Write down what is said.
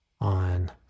on